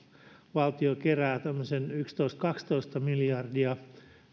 valtio kerää yksitoista viiva kaksitoista miljardia